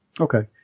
Okay